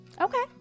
Okay